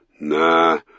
Nah